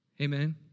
amen